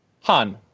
Han